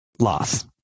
Loss